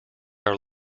are